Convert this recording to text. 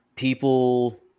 People